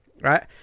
right